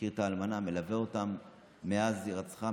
מכיר את האלמנה, מלווה אותם מאז הירצחו.